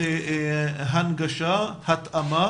הנגשה, התאמה